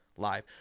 Live